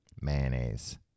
mayonnaise